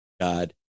God